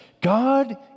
God